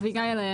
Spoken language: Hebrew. אדוני, אולי אני